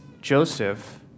Joseph